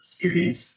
series